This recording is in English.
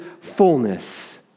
fullness